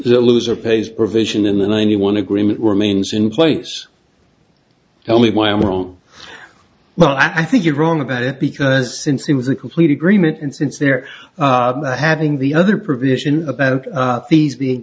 the loser pays provision in the ninety one agreement remains in place tell me why i'm wrong but i think you're wrong about it because since it was a complete agreement and since they're having the other provision about these being